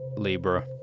Libra